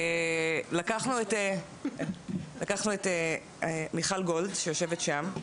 לקחנו את מיכל גולד שיושבת כאן,